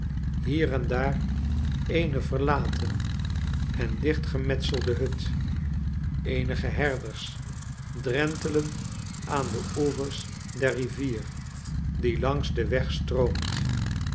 hier en daar eene verlaten en dichtgemetselde hut eenige herders drentelen aan de oevers der rivier die langs den weg stroomt